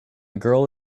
girl